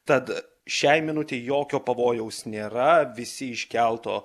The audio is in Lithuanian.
tad šiai minutei jokio pavojaus nėra visi iš kelto